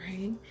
Right